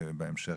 בהמשך,